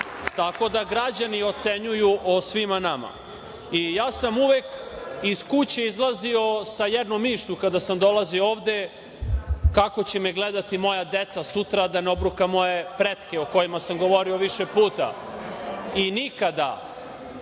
Tako da građani ocenjuju o svima nama. Ja sam uvek iz kuće izlazio sa jednom mišlju kada sam dolazio ovde kako će me gledati moja deca sutra, da ne obrukam moje pretke o kojima sam govorio više puta i nikada